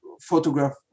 photograph